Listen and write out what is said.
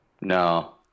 No